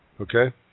okay